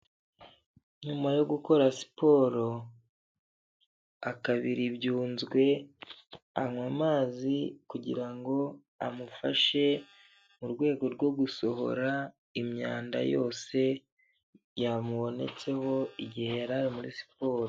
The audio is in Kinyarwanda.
Nyuma yo gukora siporo akabiri ibyunzwe anywa amazi kugira ngo amufashe mu rwego rwo gusohora imyanda yose yamubonetseho igihe yari ari muri siporo.